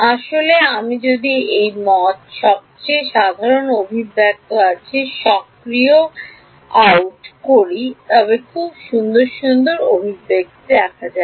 আসলে আমি যদি এই মত সবচেয়ে সাধারণ অভিব্যক্তি আছে সক্রিয় আউট খুব খুব সুন্দর অভিব্যক্তি হিসাবে দেখা যাচ্ছে